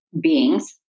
beings